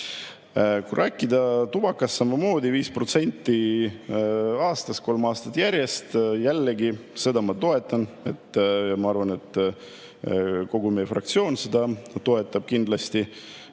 rääkida tubakast, samamoodi 5% aastas kolm aastat järjest – jällegi, seda ma toetan. Ma arvan, et kogu meie fraktsioon seda kindlasti